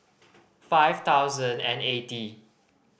five thousand and eighty